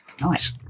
Nice